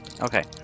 Okay